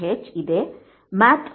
h ಇದೆ map